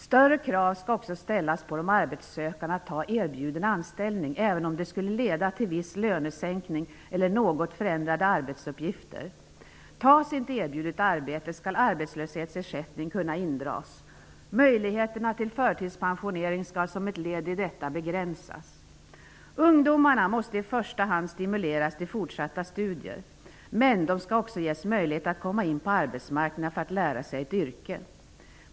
Större krav skall också ställas på de arbetssökande att ta erbjuden anställning, även om det skulle leda till viss lönesänkning eller något förändrade arbetsuppgifter. Tas inte erbjudet arbete skall arbetslöshetsersättningen kunna dras in. Möjligheterna till förtidspensionering skall som ett led i detta begränsas. Ungdomarna måste i första hand stimuleras till fortsatta studier. Men de skall också ges möjlighet att komma in på arbetsmarknaden för att lära sig ett yrke.